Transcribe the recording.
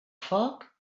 foc